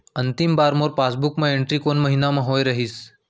अंतिम बार मोर पासबुक मा एंट्री कोन महीना म होय रहिस?